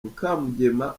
mukamugema